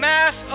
Mass